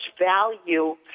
value